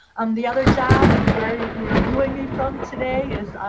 um the other job, and where you're viewing me from today is,